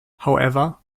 however